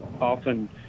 often